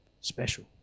special